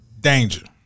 danger